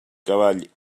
cavall